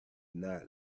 not